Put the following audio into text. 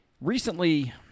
recently